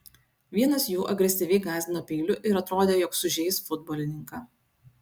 vienas jų agresyviai gąsdino peiliu ir atrodė jog sužeis futbolininką